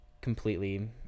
completely